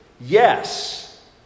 yes